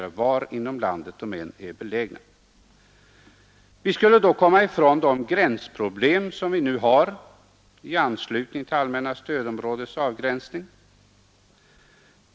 Detta har jag också sagt tidigare. Vi skulle då komma ifrån de gränsproblem som vi nu har i anslutning till allmänna stödområdets avgränsning.